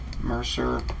Mercer